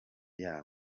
yabo